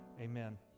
Amen